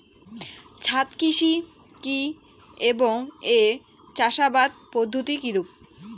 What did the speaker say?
ছাদ কৃষি কী এবং এর চাষাবাদ পদ্ধতি কিরূপ?